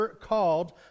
called